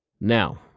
Now